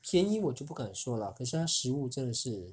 便宜我就不敢说啦可是它食物真的是